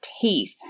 teeth